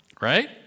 right